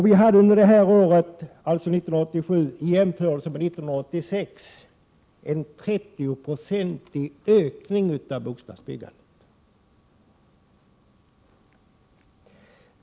Vi hade under 1987 i jämförelse med under 1986 en 30-procentig ökning av bostadsbyggandet.